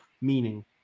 meaning